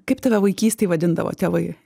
kaip tave vaikystėj vadindavo tėvai